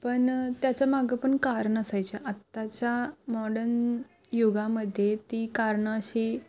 पण त्याचं मागं पण कारण असायच्या आताच्या मॉडन युगामध्ये ती कारणं अशी